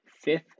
Fifth